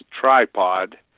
tripod